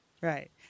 Right